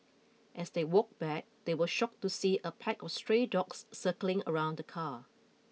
as they walked back they were shocked to see a pack of stray dogs circling around the car